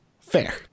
Fair